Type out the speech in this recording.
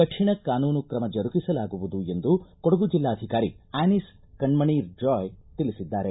ಕಠಿಣ ಕಾನೂನು ಕ್ರಮ ಜರುಗಿಸಲಾಗುವುದು ಎಂದು ಕೊಡಗು ಜಿಲ್ಲಾಧಿಕಾರಿ ಆ್ಯನಿಸ್ ಕಣ್ಣಣಿ ಜಾಯ್ ತಿಳಿಸಿದ್ದಾರೆ